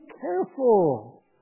careful